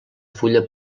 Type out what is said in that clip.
fulla